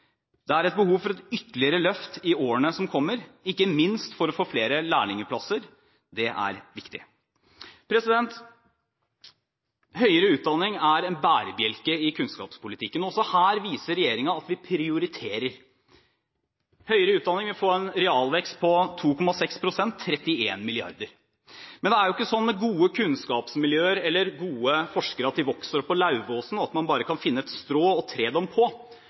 behov for et ytterligere løft i årene som kommer – ikke minst for å få flere lærlingplasser. Det er viktig. Høyere utdanning er en bærebjelke i kunnskapspolitikken, og også her viser regjeringen at vi prioriterer. Høyere utdanning vil få en realvekst på 2,6 pst. – 31 mrd. kr. Men det er jo ikke slik med gode kunnskapsmiljøer, eller gode forskere, at de vokser oppå Lauvåsen, og at man bare kan finne et strå og træ dem på.